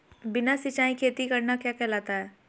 बिना सिंचाई खेती करना क्या कहलाता है?